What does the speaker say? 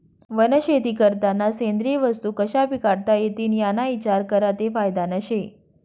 वनशेती करतांना सेंद्रिय वस्तू कशा पिकाडता इतीन याना इचार करा ते फायदानं शे